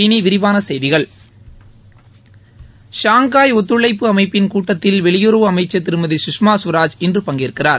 இனி விரிவான செய்திகள் ஷாங்காய் ஒத்துழைப்பு அமைப்பின் கூட்டத்தில் வெளியுறவு அமைச்சர் திருமதி கஷ்மா ஸ்வராஜ் இன்று பங்கேற்கிறார்